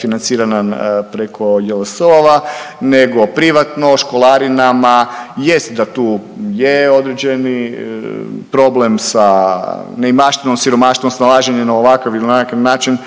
financirana preko JLS-ova, nego privatno školarinama jest da tu je određeni problem sa neimaštinom, siromaštvom, snalaženje na ovakav ili onakav način